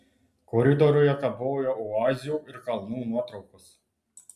koridoriuje kabojo oazių ir kalnų nuotraukos